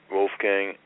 Wolfgang